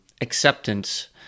acceptance